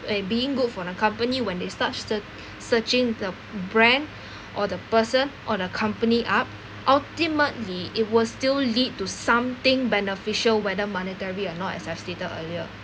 being good for the company when they start sear~ searching the brand or the person on a company up ultimately it will still lead to something beneficial whether monetary or not as I've stated earlier